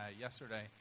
yesterday